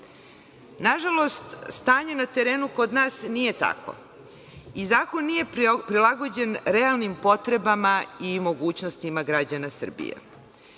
Austriji. Nažalost, stanje na terenu kod nas nije tako, i zakon nije prilagođen realnim potrebama i mogućnostima građana Srbije.